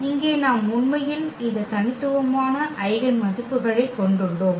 இங்கே நாம் உண்மையில் இந்த தனித்துவமான ஐகென் மதிப்புகளைக் கொண்டுள்ளோம்